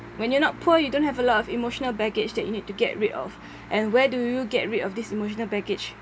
when you're not poor you don't have a lot of emotional baggage that you need to get rid of and where do you get rid of this emotional baggage